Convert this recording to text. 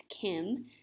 Kim